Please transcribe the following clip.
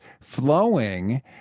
flowing